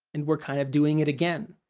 and we're kind of doing it again.